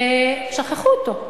ושכחו אותו.